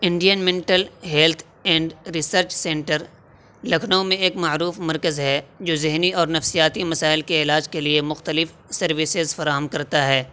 Indian mental health and research centre Lucknow میں ایک معروف مرکز ہے جو ذہنی اور نفسیاتی مسائل کے علاج کے لیے مختلف سروسز فراہم کرتا ہے